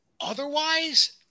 Otherwise